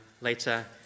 later